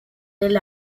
del